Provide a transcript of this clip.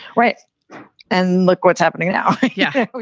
right and look what's happening now yeah